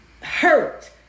hurt